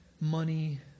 money